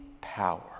power